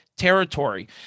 Territory